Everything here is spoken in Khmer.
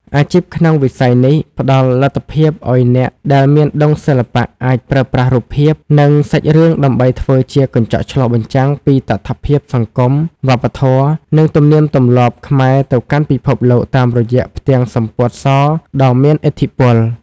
អាជីពក្នុងវិស័យនេះផ្ដល់លទ្ធភាពឱ្យអ្នកដែលមានដុងសិល្បៈអាចប្រើប្រាស់រូបភាព និងសាច់រឿងដើម្បីធ្វើជាកញ្ចក់ឆ្លុះបញ្ចាំងពីតថភាពសង្គម វប្បធម៌ និងទំនៀមទម្លាប់ខ្មែរទៅកាន់ពិភពលោកតាមរយៈផ្ទាំងសំពត់សដ៏មានឥទ្ធិពល។